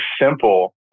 simple